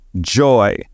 joy